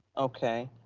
okay.